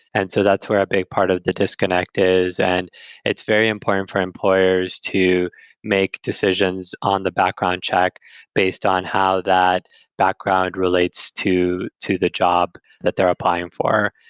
and so that's where a big part of the disconnect is, and it's very important for employers to make decisions on the background check based on how that background and relates to to the job that they're applying for.